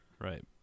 Right